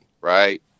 right